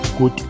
good